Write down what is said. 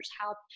help